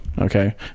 okay